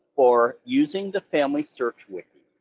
for using the family search wiki.